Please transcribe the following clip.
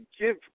give